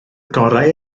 gorau